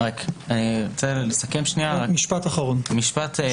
משפט אחרון.